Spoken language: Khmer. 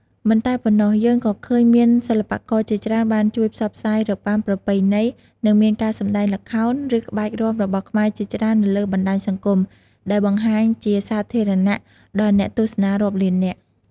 មិនតែប៉ុណ្ណោះ យើងក៏ឃើញមានសិល្បករជាច្រើនបានជួយផ្សព្វផ្សាយរបាំប្រពៃណី និងមានការសម្តែងល្ខោន ឬក្បាច់រាំរបស់ខ្មែរជាច្រើននៅលើបណ្ដាញសង្គម ដែលបង្ហាញជាសាធារណៈដល់អ្នកទស្សនារាប់លាននាក់។